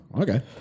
okay